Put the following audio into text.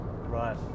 Right